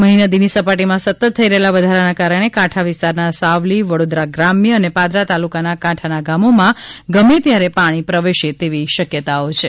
મહી નદીની સપાટીમાં સતત થઈ રહેલા વધારાના કારણે કાંઠા વિસ્તારના સાવલી વડોદરા ગ્રામ્ય અને પાદરા તાલુકાના કાંઠાના ગામોમાં ગમે ત્યારે પાણી પ્રવેશે તેવી શક્યતાઓ છે